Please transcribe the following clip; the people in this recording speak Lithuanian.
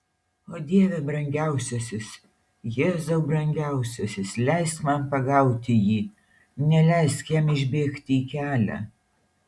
o dieve brangiausiasis jėzau brangiausiasis leisk man pagauti jį neleisk jam išbėgti į kelią